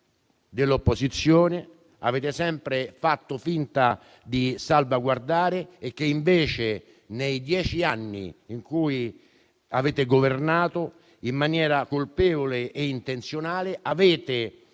dell'opposizione avete sempre fatto finta di salvaguardare e che, invece, nei dieci anni in cui avete governato, in maniera colpevole e intenzionale, avete